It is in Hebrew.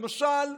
למשל,